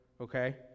Okay